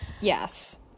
Yes